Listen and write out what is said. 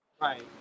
right